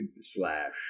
slash